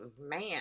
man